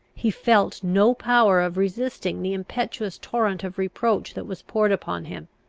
he felt no power of resisting the impetuous torrent of reproach that was poured upon him.